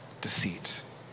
deceit